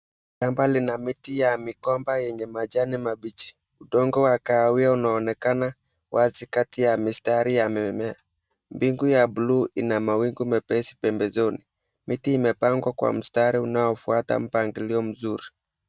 Shamba lina miti ya migomba yenye majani mabichi. Udongo wa kahawia unaonekana wazi kati ya mistari ya mimea. Mbingu ya blue ina mawingu mepesi pembezoni. Miti imepangwa kwa mstari unaofuata mpangilio mzuri.